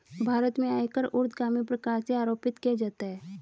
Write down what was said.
भारत में आयकर ऊर्ध्वगामी प्रकार से आरोपित किया जाता है